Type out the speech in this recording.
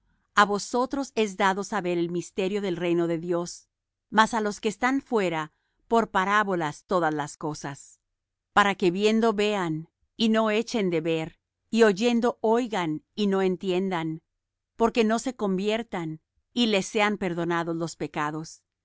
a vosotros es dado saber el misterio del reino de dios mas á los que están fuera por parábolas todas las cosas para que viendo vean y no echen de ver y oyendo oigan y no entiendan porque no se conviertan y les sean perdonados los pecados